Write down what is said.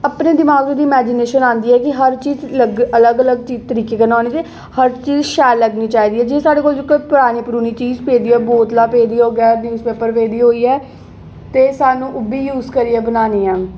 अपने दिमाग दी इमैजीनेशन आंदी ऐ हर चीज अलग अ्लग अलग तरीके कन्नै हर चीज शैल लग्गनी चाही दी जि'यां साढ़े कोल कोई परानी परूनी चीज पेदी होऐ बोतल पे दी होऐ न्यूज पेपर पेदी होऐ ते स्हानूं ओह्बी यूज करियै बनानी ऐ